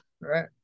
Right